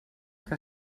que